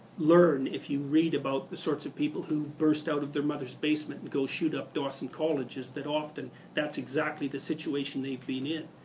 learn if you read about the sorts of people who burst out of their mother's basement and go shoot up dawson college is often that's exactly the situation they've been in.